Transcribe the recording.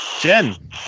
Jen